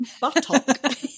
Buttock